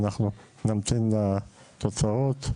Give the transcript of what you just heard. אנחנו נמתין לתוצאות,